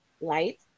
Light